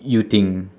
you think